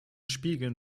spiegeln